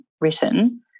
written